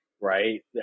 right